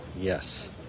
yes